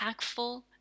impactful